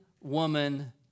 woman